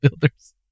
Builders